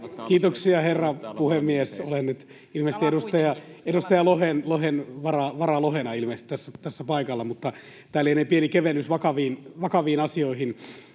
Kiitoksia, herra puhemies! Olen nyt ilmeisesti vara-Lohena tässä paikalla — tämä lienee pieni kevennys vakaviin asioihin.